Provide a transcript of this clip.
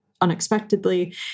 unexpectedly